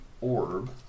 orb